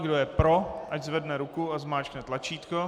Kdo je pro, ať zvedne ruku a zmáčkne tlačítko.